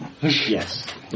Yes